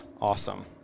Awesome